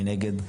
מי נגד?